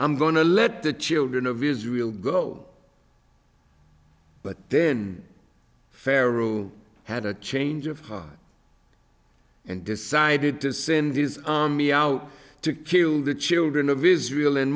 i'm going to let the children of israel go but then pharaoh had a change of heart and decided to send these me out to kill the children of israel and